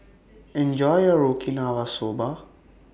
Enjoy your Okinawa Soba